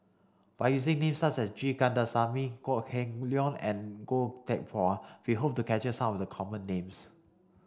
by using names such as G Kandasamy Kok Heng Leun and Goh Teck Phuan we hope to capture some of the common names